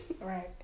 Right